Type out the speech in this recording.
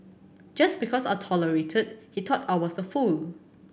just because I tolerated he thought I was a fool